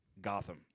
Gotham